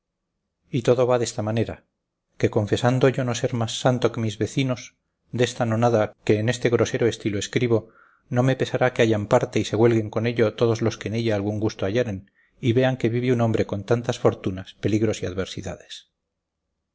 y todo va desta manera que confesando yo no ser más santo que mis vecinos desta nonada que en este grosero estilo escribo no me pesará que hayan parte y se huelguen con ello todos los que en ella algún gusto hallaren y vean que vive un hombre con tantas fortunas peligros y adversidades